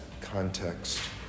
context